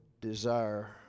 desire